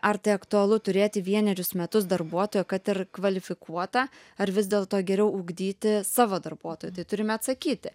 ar tai aktualu turėti vienerius metus darbuotoją kad ir kvalifikuotą ar vis dėlto geriau ugdyti savo darbuotoją tai turime atsakyti